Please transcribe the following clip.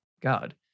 God